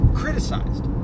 criticized